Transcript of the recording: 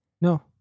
No